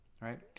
right